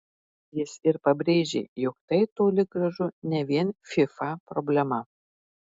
jis ir pabrėžė jog tai toli gražu ne vien fifa problema